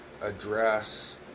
address